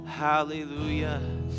Hallelujah